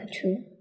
true